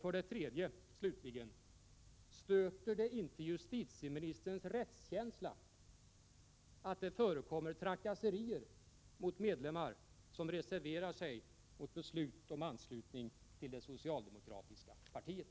För det tredje: Stöter det inte justitieministerns rättskänsla att det förekommer trakasserier mot medlemmar som reserverar sig mot beslut om anslutning till de socialdemokratiska partiet?